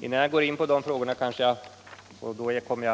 Innan jag går in på de frågor, där jag